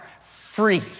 free